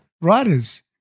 writers